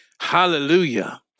Hallelujah